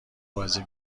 بازی